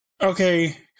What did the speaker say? Okay